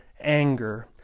anger